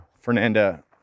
Fernanda